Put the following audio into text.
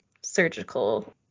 surgical